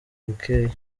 bukeya